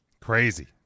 crazy